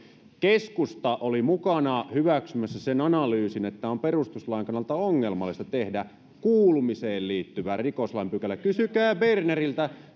keskusta oli mukana hyväksymässä sen analyysin että on perustuslain kannalta ongelmallista tehdä kuulumiseen liittyvää rikoslain pykälää kysykään berneriltä